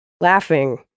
laughing